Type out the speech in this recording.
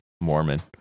Mormon